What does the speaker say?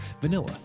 vanilla